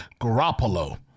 Garoppolo